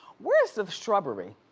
where is the shrubbery?